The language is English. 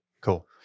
cool